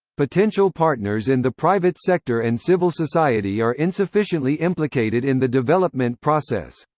potential partners in the private sector and civil society are insufficiently implicated in the development process.